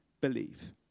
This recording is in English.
believe